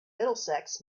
middlesex